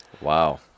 Wow